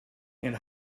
and